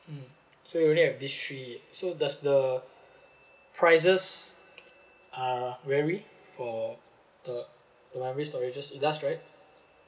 mm so you only have these three so does the prices uh vary for the the memory storages it does right